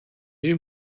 ریم